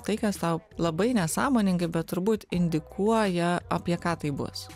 tai kas tau labai nesąmoningai bet turbūt indikuoja apie ką tai bus